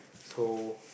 so